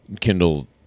Kindle